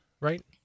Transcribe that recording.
Right